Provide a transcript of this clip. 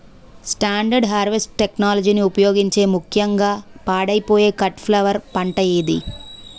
Standard harvest టెక్నాలజీని ఉపయోగించే ముక్యంగా పాడైపోయే కట్ ఫ్లవర్ పంట ఏది?